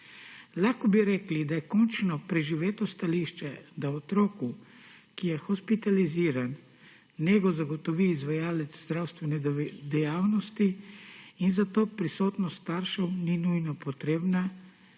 Lahko bi rekli, da je končno preživeto stališče, da otroku, ki je hospitaliziran, nego zagotovi izvajalec zdravstvene dejavnosti in zato prisotnost staršev ni nujno potrebna